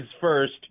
first